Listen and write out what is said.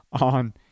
on